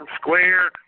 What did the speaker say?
Square